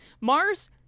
Mars